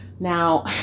Now